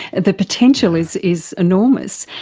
the potential is is enormous.